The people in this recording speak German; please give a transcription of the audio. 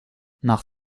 nach